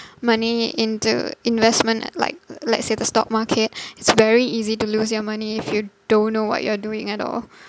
money into investment like let's say the stock market it's very easy to lose your money if you don't know what you're doing at all